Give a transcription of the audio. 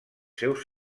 seus